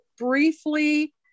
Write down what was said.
briefly